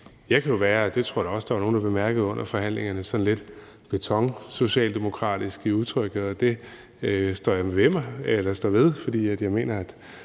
jeg da også der var nogle der bemærkede under forhandlingerne, sådan lidt betonsocialdemokratisk i udtrykket, og det står jeg ved, for jeg mener, at